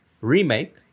Remake